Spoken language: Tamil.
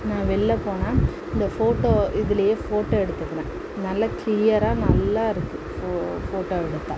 நான் வெளில போனால் இந்த ஃபோட்டோ இதிலியே ஃபோட்டோ எடுத்துக்குவேன் நல்ல கிளியராக நல்லா இருக்குது ஃபோ ஃபோட்டோ எடுத்தால்